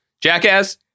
Jackass